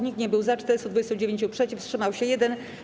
Nikt nie był za, 429 - przeciw, wstrzymał się 1.